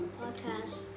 podcast